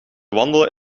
wandelen